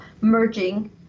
merging